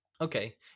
Okay